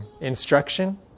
instruction